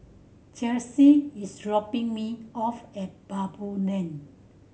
Chelsy is dropping me off at Baboo Lane